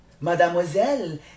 Mademoiselle